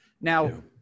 Now